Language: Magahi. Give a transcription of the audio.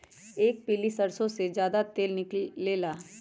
कि पीली सरसों से ज्यादा तेल निकले ला?